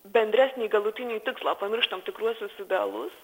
bendresnį galutinį tikslą pamirštam tikruosius idealus